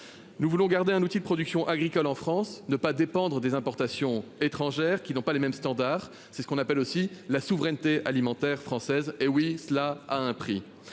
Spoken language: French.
Nous voulons garder un outil de production agricole en France ne pas dépendre des importations étrangères qui n'ont pas les mêmes standards. C'est ce qu'on appelle aussi la souveraineté alimentaire française. Hé oui, cela a un prix